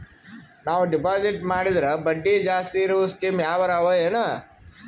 ನಾವು ಡೆಪಾಜಿಟ್ ಮಾಡಿದರ ಬಡ್ಡಿ ಜಾಸ್ತಿ ಇರವು ಸ್ಕೀಮ ಯಾವಾರ ಅವ ಏನ?